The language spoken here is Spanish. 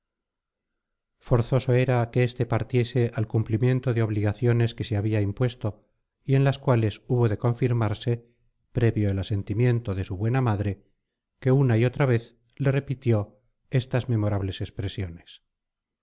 forzoso era que este partiese al cumplimiento de obligaciones que se había impuesto y en las cuales hubo de confirmarse previo el asentimiento de su buena madre que una y otra vez le repitió estas memorables expresiones